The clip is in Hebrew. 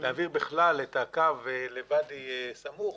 להעביר את הקו לוואדי סמוך.